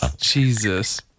Jesus